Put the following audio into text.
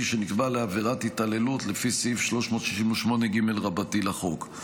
שנקבע לעבירת התעללות לפי סעיף 368ג לחוק.